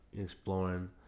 exploring